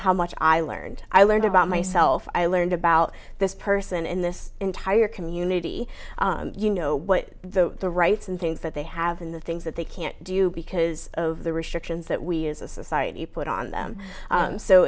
how much i learned i learned about myself i learned about this person in this entire community you know what the the rights and things that they have in the things that they can't do because of the restrictions that we as a society put on them